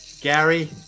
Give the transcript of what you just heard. Gary